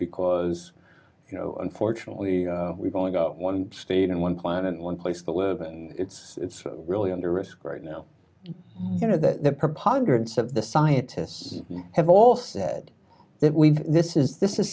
because you know unfortunately we've only got one state and one planet one place to live and it's really under risk right now you know that the preponderance of the scientists have all said that we this is this is